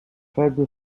faible